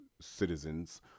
citizens